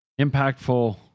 impactful